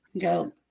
Go